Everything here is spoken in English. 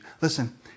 Listen